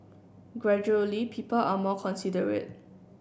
gradually people are more considerate